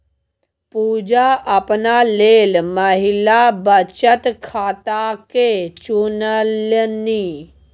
पुजा अपना लेल महिला बचत खाताकेँ चुनलनि